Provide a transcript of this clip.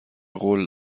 قول